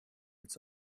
its